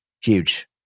huge